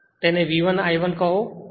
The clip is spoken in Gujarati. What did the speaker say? તેને V1 I1 કહો